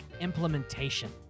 implementation